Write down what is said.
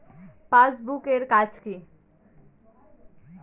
Passbook এর কাজ কি?